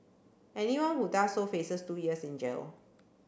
anyone who does so faces two years in jail